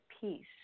peace